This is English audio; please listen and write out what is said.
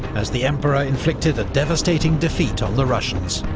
as the emperor inflicted a devastating defeat on the russians.